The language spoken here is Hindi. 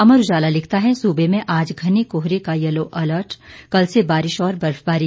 अमर उजाला लिखता है सूबे में आज घने कोहरे का यैलो अलर्ट कल से बारिश और बर्फबारी